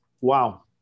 Wow